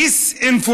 דיס-אינפורמציה.